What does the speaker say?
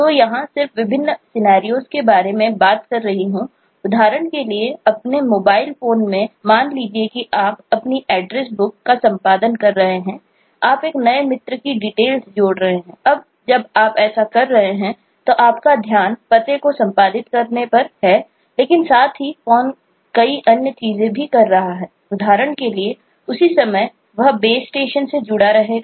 तो यहाँ सिर्फ विभिन्न परिदृश्योंसिनेरिओस से जुड़ा रहेगा